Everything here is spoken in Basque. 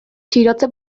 txirotze